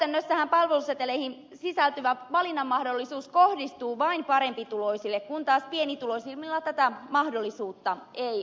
käytännössähän palveluseteleihin sisältyvä valinnan mahdollisuus kohdistuu vain parempituloisille kun taas pienituloisemmilla tätä mahdollisuutta ei ole